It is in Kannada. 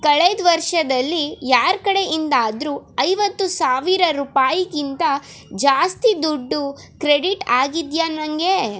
ಕಳೆದ ವರ್ಷದಲ್ಲಿ ಯಾರ ಕಡೆ ಇಂದಾದರು ಐವತ್ತು ಸಾವಿರ ರೂಪಾಯಿಗಿಂತ ಜಾಸ್ತಿ ದುಡ್ಡು ಕ್ರೆಡಿಟ್ ಆಗಿದೆಯಾ ನನಗೆ